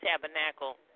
tabernacle